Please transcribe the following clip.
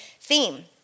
theme